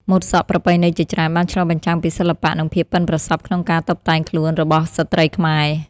ម៉ូតសក់ប្រពៃណីជាច្រើនបានឆ្លុះបញ្ចាំងពីសិល្បៈ និងភាពប៉ិនប្រសប់ក្នុងការតុបតែងខ្លួនរបស់ស្ត្រីខ្មែរ។